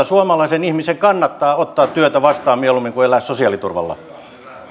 suomalaisen ihmisen kannattaa ottaa työtä vastaan mieluummin kuin elää sosiaaliturvalla